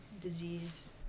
disease